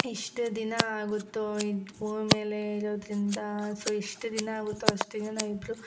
ಎಷ್ಟು ದಿನ ಆಗುತ್ತೋ ಇದು ಭೂಮಿ ಮೇಲೆ ಇರೋದರಿಂದ ಸೊ ಎಷ್ಟು ದಿನ ಆಗುತ್ತೋ ಅಷ್ಟು ದಿನ ನಾವಿಬ್ರೂ